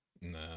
No